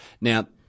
Now